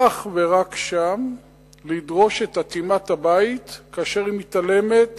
ואך ורק שם לדרוש את אטימת הבית, כאשר היא מתעלמת